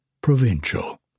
provincial